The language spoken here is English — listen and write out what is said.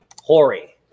Hori